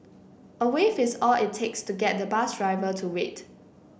a wave is all it takes to get the bus driver to wait